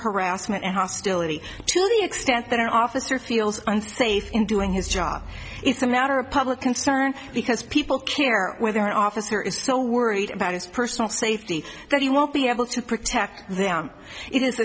harassment and hostility to the extent that an officer feels unsafe in doing his job it's a matter of public concern because people care whether an officer is so worried about his personal safety that he won't be able to protect them i